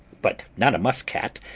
but not a musk-cat,